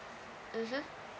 mmhmm